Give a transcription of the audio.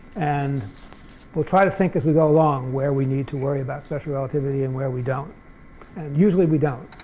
and we'll try to think as we go along where we need to worry about special relativity and where we don't, and usually we don't.